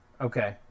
okay